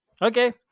Okay